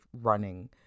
running